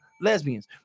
lesbians